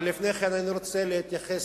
אבל לפני כן, אני רוצה להתייחס